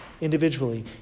individually